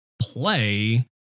play